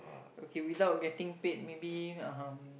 okay without getting paid maybe um